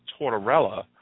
Tortorella